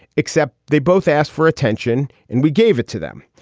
except they both asked for attention and we gave it to them.